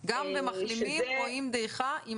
גם במחלימים רואים דעיכה.